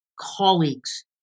colleagues